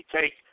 take